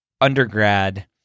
undergrad